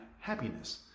happiness